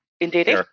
Indeed